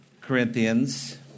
Corinthians